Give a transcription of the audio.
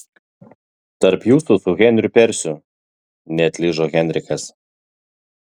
tarp jūsų su henriu persiu neatlyžo henrikas